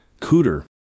Cooter